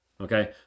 Okay